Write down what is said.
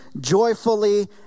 joyfully